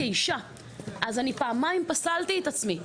אז אני פעמיים פסלתי את עצמי.